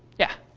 yeah.